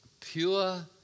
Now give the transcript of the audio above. pure